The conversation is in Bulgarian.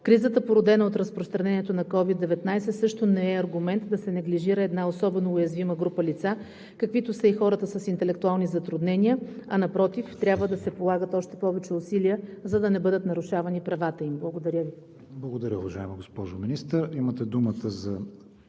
Кризата, породена от разпространението на COVID-19, също не е аргумент да се неглижира една особено уязвима група лица, каквито са и хората с интелектуални затруднения, а напротив, трябва да се полагат още повече усилия, за да не бъдат нарушавани правата им. Благодаря Ви. ПРЕДСЕДАТЕЛ КРИСТИАН ВИГЕНИН: Благодаря, уважаема госпожо Министър.